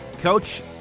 Coach